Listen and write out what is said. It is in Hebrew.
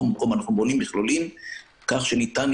אפס --- אבל זה כי השב"כ עוקב גם אחריהם.